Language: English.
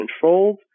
controlled